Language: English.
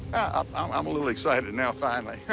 um i'm a little excited now, finally.